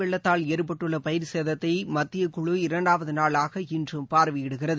வெள்ளத்தால் ஏற்பட்டுள்ள பயிர்ச்சேதத்தை மத்தியக்குழு இரண்டாவது நாளாக இன்றும் பார்வையிடுகிறது